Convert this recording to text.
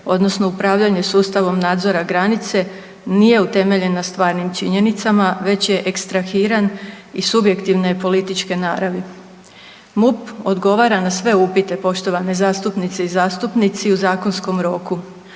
odnosno upravljanje sustavom nadzora granice nije utemeljen na stvarnim činjenicama već je ekstrahiran i subjektivne je političke naravi. MUP odgovara na sve upite poštovane zastupnice i zastupnici u zakonskom roku.